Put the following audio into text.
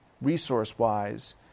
resource-wise